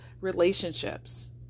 relationships